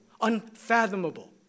unfathomable